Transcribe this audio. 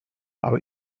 are